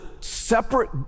separate